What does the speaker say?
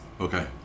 Okay